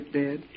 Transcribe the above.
dead